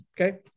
okay